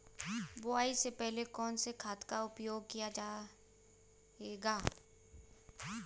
बुआई से पहले कौन से खाद का प्रयोग किया जायेगा?